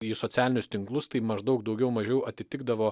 į socialinius tinklus tai maždaug daugiau mažiau atitikdavo